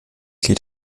geht